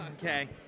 okay